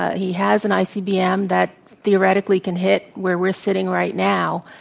he has an icbm that theoretically can hit where we're sitting right now.